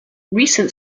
recent